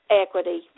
equity